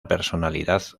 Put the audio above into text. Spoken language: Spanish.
personalidad